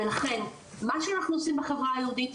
ולכן מה שאנחנו עושים בחברה היהודית,